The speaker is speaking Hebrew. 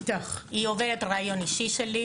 היא עוברת ראיון אישי שלי,